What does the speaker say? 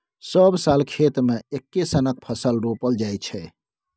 सब साल खेत मे एक्के सनक फसल रोपल जाइ छै